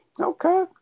Okay